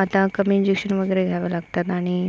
आता कमी इंजेक्शन वगैरे घ्यावे लागतात आणि